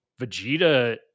Vegeta